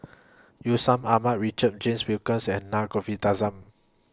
Aman Richard James Wilkinson and Naa Govindasamy